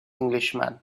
englishman